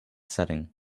setting